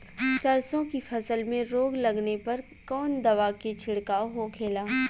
सरसों की फसल में रोग लगने पर कौन दवा के छिड़काव होखेला?